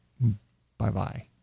bye-bye